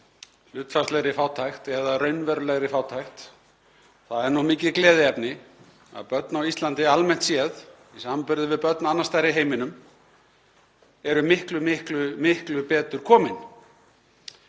hlutfallslegri fátækt eða raunverulegri fátækt. Það er mikið gleðiefni að börn á Íslandi eru almennt séð, í samanburði við börn annars staðar í heiminum, miklu, miklu betur komin.